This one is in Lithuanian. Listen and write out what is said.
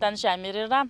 ten žemė ir yra